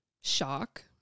Shock